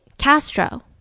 Castro